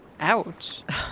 Ouch